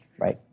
right